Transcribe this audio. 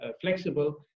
flexible